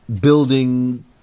building